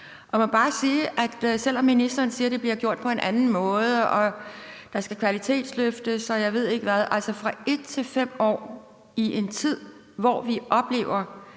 Jeg må bare sige, at selv om ministeren siger, det bliver gjort på en anden måde, og at der skal kvalitetsløftes, og jeg ved ikke hvad, så synes jeg, at fra 1 år til 5 år i en tid, hvor vi desværre